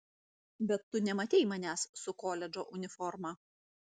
bet tu nematei manęs su koledžo uniforma